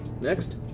Next